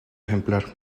ejemplar